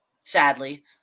sadly